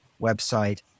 website